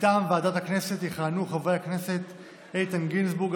מטעם ועדת הכנסת יכהנו חברי הכנסת איתן גינזבורג,